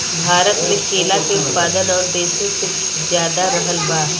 भारत मे केला के उत्पादन और देशो से ज्यादा रहल बा